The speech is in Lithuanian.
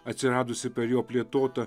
atsiradusi per jo plėtotą